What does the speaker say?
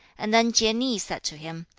and then chieh-ni said to him,